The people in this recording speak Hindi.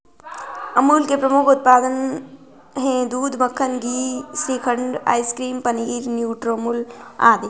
अमूल के प्रमुख उत्पाद हैं दूध, मक्खन, घी, श्रीखंड, आइसक्रीम, पनीर, न्यूट्रामुल आदि